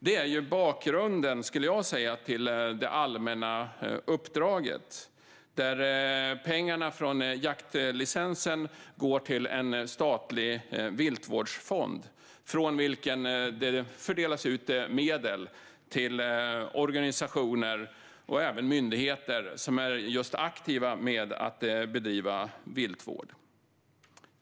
Jag skulle säga att det är bakgrunden till det allmänna uppdraget, där pengarna från jaktlicensen går till en statlig viltvårdsfond från vilken medel fördelas ut till organisationer och även till myndigheter som är aktiva just med att bedriva viltvård.